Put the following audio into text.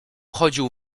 chodził